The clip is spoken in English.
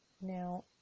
Now